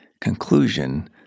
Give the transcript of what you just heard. conclusion